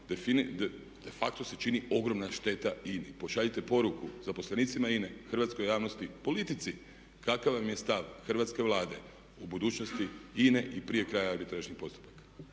de facto se čini ogromna šteta INA-i. Pošaljite poruku zaposlenicima INA-e, hrvatskoj javnosti, politici, kakav vam je stav hrvatske Vlade o budućnosti INA-e i prije kraja arbitražnih postupka.